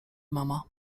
mama